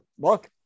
Look